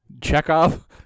Chekhov